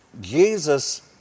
Jesus